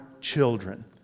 children